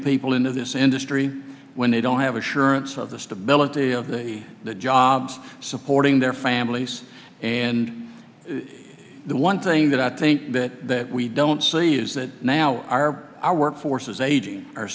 people into this industry when they don't have assurance of stability of the the jobs supporting their families and the one thing that i think that we don't see is that now our our workforce is aging o